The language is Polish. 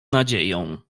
nadzieją